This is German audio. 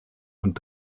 und